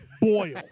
boil